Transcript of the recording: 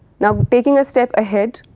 now taking a step ahead,